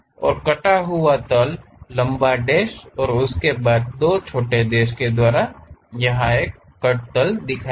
और कटा हुआ तल लंबा डेश और उसके बाद दो छोटे डैश के द्वारा यह एक कट तल दिखाएंगे